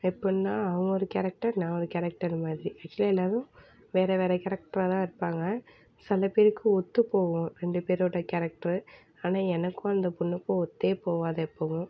எப்புடின்னா அவள் ஒரு கேரக்டர் நான் ஒரு கேரக்டர் மாதிரி ஆக்சுவலாக எல்லோரும் வேறு வேறு கேரக்டராக தான் இருப்பாங்க சில பேருக்கு ஒத்துப் போகும் ரெண்டு பேரோடய கேரக்ட்ரு ஆனால் எனக்கும் அந்த பொண்ணுக்கும் ஒத்தே போகாது எப்போதும்